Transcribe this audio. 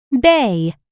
bay